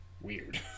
weird